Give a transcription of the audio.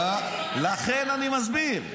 לכן אני מסביר.